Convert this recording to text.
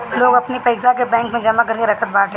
लोग अपनी पईसा के बैंक में जमा करके रखत बाटे